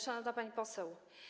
Szanowna Pani Poseł!